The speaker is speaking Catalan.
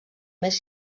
més